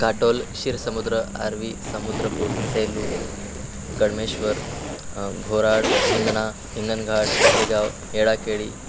Katol Shirsamudra Arvi Samudrapur Selu Kadmeshwar Ghorad Hingna Hinganghat Dahegaon Yelakeli